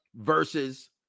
versus